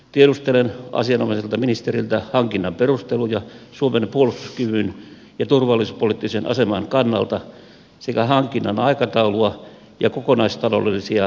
tiedustelen asianomaiselta ministeriltä hankinnan perusteluja suomen puolustuskyvyn ja turvallisuuspoliittisen aseman kannalta sekä hankinnan aikataulua ja kokonaistaloudellisia vaikutuksia